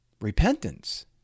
Repentance